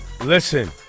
Listen